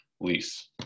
lease